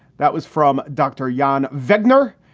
that was from dr. john vikner,